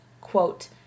quote